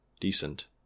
decent